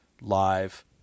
live